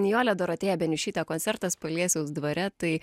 nijole dorotėja beniušyte koncertas paliesiaus dvare tai